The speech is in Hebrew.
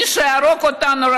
מי שיהרוג אותנו,